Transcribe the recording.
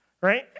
right